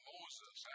Moses